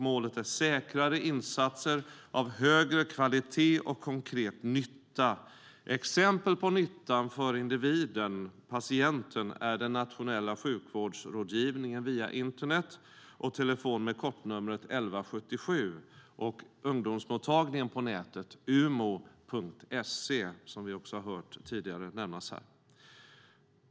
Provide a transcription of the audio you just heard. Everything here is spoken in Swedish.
Målet är säkrare insatser av högre kvalitet och konkret nytta. Exempel på nytta för individen, patienten, är den nationella sjukvårdsrådgivningen via internet och telefon med kortnumret 1177 och Ungdomsmottagningen på nätet, Umo.se, som vi också har hört nämnas tidigare.